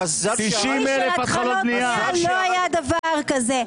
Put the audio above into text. לא היה דבר כזה.